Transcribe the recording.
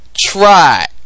Try